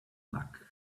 luck